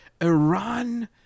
Iran